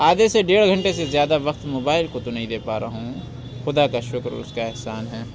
آگے سے ڈیڑھ گھنٹے سے زیادہ وقت موبائل کو تو نہیں دے پا رہا ہوں خدا کا شُکر اُس کا احسان ہے